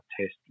test